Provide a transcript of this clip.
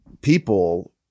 people